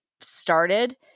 started